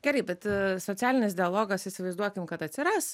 gerai bet socialinis dialogas įsivaizduokim kad atsiras